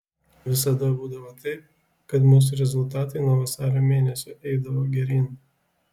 visada būdavo taip kad mūsų rezultatai nuo vasario mėnesio eidavo geryn